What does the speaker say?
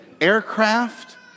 aircraft